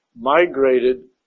migrated